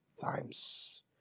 times